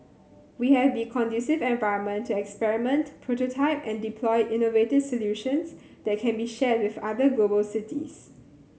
we have the conducive environment to experiment prototype and deploy innovative solutions that can be shared with other global cities